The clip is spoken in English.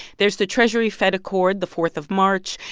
there's the treasury-fed accord the fourth of march.